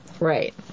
Right